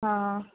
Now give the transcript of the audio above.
ହଁ